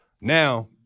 Now